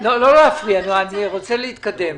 לא להפריע, אני רוצה להתקדם.